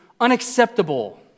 unacceptable